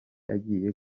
agiye